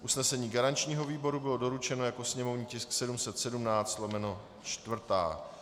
Usnesení garančního výboru bylo doručeno jako sněmovní tisk 717/4.